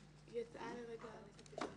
אני מראש מתנצל שלא נדון.